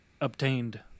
obtained